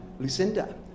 Lucinda